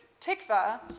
Tikva